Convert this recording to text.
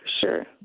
sure